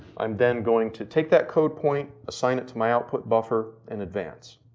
i'm then going to take that code point, assign it to my output buffer in advance.